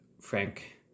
Frank